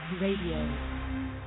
Radio